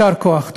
יישר כוח.